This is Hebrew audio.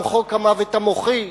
גם חוק המוות המוחי,